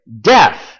death